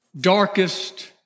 darkest